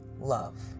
love